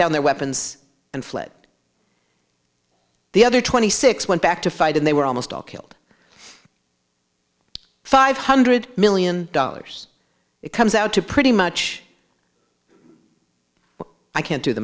down their weapons and fled the other twenty six went back to fight and they were almost all killed five hundred million dollars it comes out to pretty much i can't do the